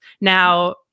now